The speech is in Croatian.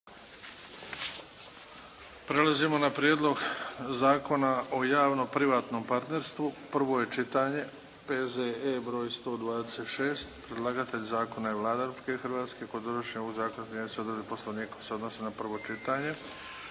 Prelazimo na: - Prijedlog Zakona o javno-privatnom partnerstvu, prvo čitanje, P.Z.E br. 126 Predlagatelj zakona je Vlada Republike Hrvatske. Kod donošenja ovog zakona primjenjuju se odredbe Poslovnika koje se odnose na prvo čitanje.